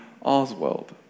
Oswald